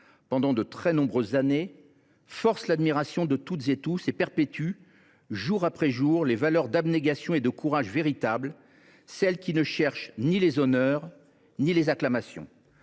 pendant de très nombreuses années. Elle force l’admiration de tous et perpétue, jour après jour, les valeurs d’abnégation et de courage véritables, celles qui ne cherchent ni les honneurs ni les acclamations.